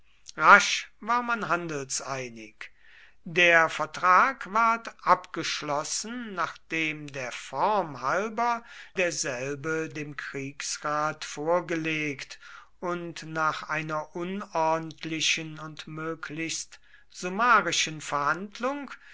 rasch war man handelseinig der vertrag ward abgeschlossen nachdem der form halber derselbe dem kriegsrat vorgelegt und nach einer unordentlichen und möglichst summarischen verhandlung